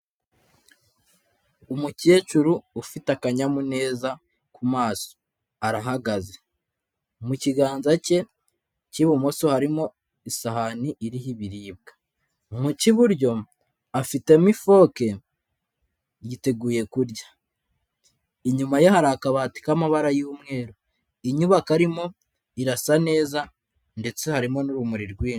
Umukecuru ufite akanyamuneza ku maso arahagaze, mu kiganza cye cy'ibumoso harimo isahani iriho ibiribwa, mu k'iburyo afitemo ifoke yiteguye kurya, inyuma ye hari akabati k'amabara y'umweru, inyubako arimo irasa nez ndetse harimo n'urumuri rwinshi.